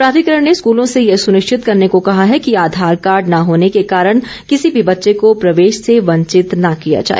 प्राधिकरण ने स्कूलों से यह सुनिश्चित करने को कहा है कि आधार कार्ड न होने के कारण किसी भी बच्चे को प्रवेश से वंचित न किया जाए